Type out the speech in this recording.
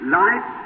life